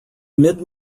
mid